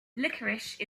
licorice